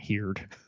heard